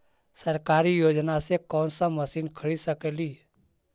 सरकारी योजना से कोन सा मशीन खरीद सकेली?